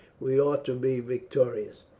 we ought to be victorious.